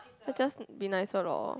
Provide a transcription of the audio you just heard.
I just be nicer lor